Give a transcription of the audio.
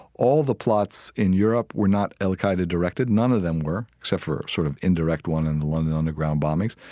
all the plots in europe were not al-qaeda directed. none of them were except for a sort of indirect one in the london underground bombings.